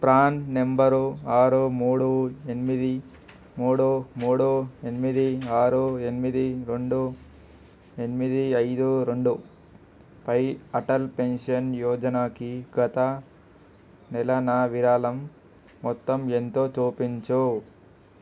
PRAN number ఆరు మూడు ఎనిమిది మూడు మూడు ఎనిమిది ఆరు ఎనిమిది రెండు ఎనిమిది ఐదు రెండుపై అటల్ పెన్షన్ యోజనాకి గత నెల నా విరాళం మొత్తం ఎంతో చూపించు